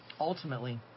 Ultimately